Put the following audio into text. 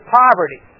poverty